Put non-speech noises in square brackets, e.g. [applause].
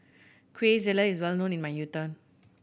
quesadillas is well known in my [unintelligible]